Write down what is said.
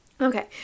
okay